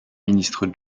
ministre